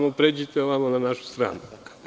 Samo pređite ovamo na našu stranu.